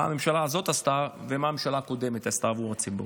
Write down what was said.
הממשלה הזו עשתה ומה הממשלה הקודמת עשתה עבור הציבור.